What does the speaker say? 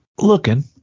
looking